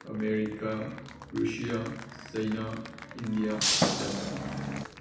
America Russia China India Japan